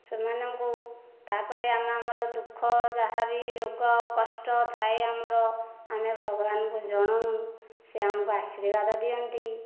ସେମାନଙ୍କୁ ତା'ପରେ ଆମେ ଆମର ଦୁଃଖ ଯାହାବି ରୋଗ କଷ୍ଟ ଥାଏ ଆମର ଆମେ ଭଗବାନଙ୍କୁ ଜଣାଉ ସେ ଆମକୁ ଆଶୀର୍ବାଦ ଦିଅନ୍ତି